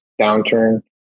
downturn